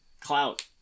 clout